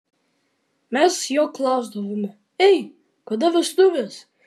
mes jo klausdavome ei kada vestuvės